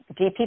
DPP